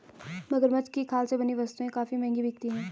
मगरमच्छ की खाल से बनी वस्तुएं काफी महंगी बिकती हैं